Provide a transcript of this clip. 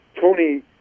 Tony